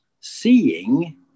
seeing